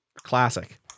Classic